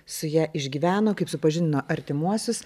su ja išgyveno kaip supažindino artimuosius